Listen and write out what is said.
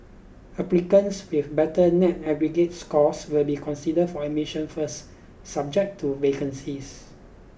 applicants with better net aggregate scores will be considered for admission first subject to vacancies